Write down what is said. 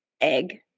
Egg